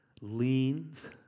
leans